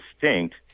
distinct